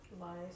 Lies